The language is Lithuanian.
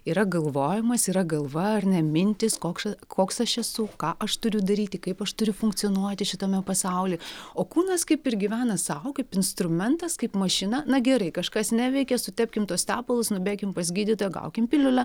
yra galvojimas yra galva ar ne mintys kokša koks aš esu ką aš turiu daryti kaip aš turiu funkcionuoti šitame pasauly o kūnas kaip ir gyvena sau kaip instrumentas kaip mašina na gerai kažkas neveikia sutepkim tuos tepalus nubėkim pas gydytoją gaukim piliulę